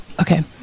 okay